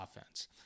offense